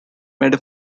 made